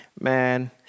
Man